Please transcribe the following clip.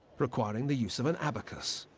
requiring the use of an abacus.